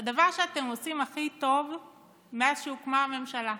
הדבר שאתם עושים הכי טוב מאז שהוקמה הממשלה,